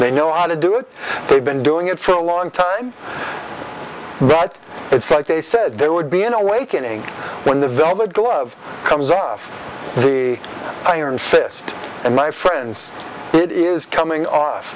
they know how to do it they've been doing it for a long time but it's like they said there would be an awakening when the velvet glove comes off the iron fist and my friends it is coming o